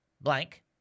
blank